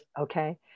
Okay